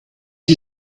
you